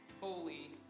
holy